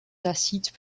tacite